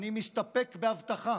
אני מסתפק בהבטחה